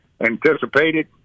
anticipated